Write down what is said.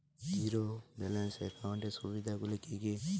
Zero balance একাউন্টের সুবিধা গুলি কি কি?